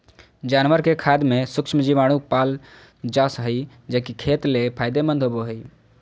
जानवर के खाद में सूक्ष्म जीवाणु पाल जा हइ, जे कि खेत ले फायदेमंद होबो हइ